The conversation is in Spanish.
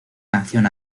canción